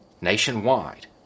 Nationwide